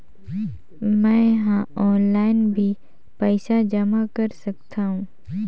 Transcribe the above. मैं ह ऑनलाइन भी पइसा जमा कर सकथौं?